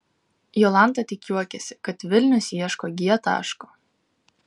jolanta tik juokiasi kad vilnius ieško g taško